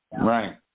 Right